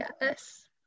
Yes